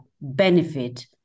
benefit